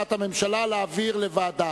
הצעת הממשלה היא להעביר לוועדה.